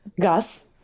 Gus